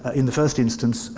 in the first instance,